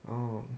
oh